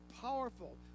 powerful